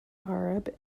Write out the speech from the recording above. arab